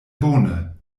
bone